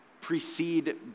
precede